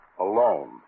alone